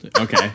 okay